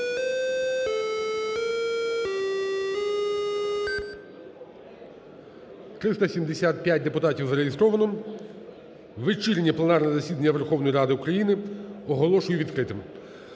375 депутатів зареєстровано. Вечірнє пленарне засідання Верховної Ради України оголошую відкритим.